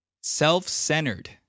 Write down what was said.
Self-centered